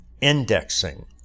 indexing